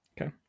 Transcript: Okay